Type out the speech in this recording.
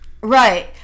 Right